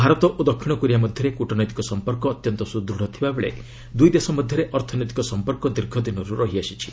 ଭାରତ ଓ ଦକ୍ଷିଣ କୋରିଆ ମଧ୍ୟରେ କୂଟନୈତିକ ସମ୍ପର୍କ ଅତ୍ୟନ୍ତ ସୁଦୂଢ଼ ଥିବାବେଳେ ଦୁଇ ଦେଶ ମଧ୍ୟରେ ଅର୍ଥନୈତିକ ସମ୍ପର୍କ ଦୀର୍ଘଦିନରୁ ରହିଆସିଛି